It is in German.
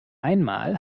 einmal